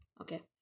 okay